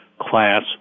class